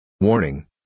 Warning